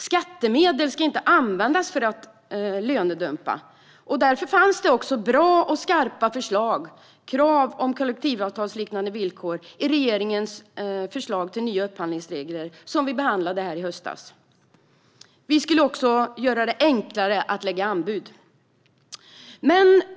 Skattemedel ska inte användas för att lönedumpa, och därför fanns det också bra och skarpa förslag om krav på kollektivavtalsliknande villkor i regeringens förslag till nya upphandlingsregler som vi behandlade här i höstas. Vi skulle också göra det enklare att lägga anbud.